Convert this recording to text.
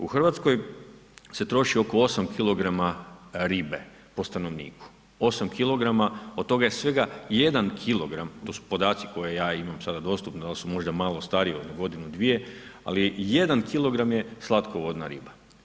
U Hrvatskoj se troši oko 8 kg ribe po stanovniku, 8 kg od toga je svega 1 kg, to su podaci koje ja imam sada dostupno ali su možda malo stariji ono godinu, dvije, ali 1 kg je slatkovodna riba.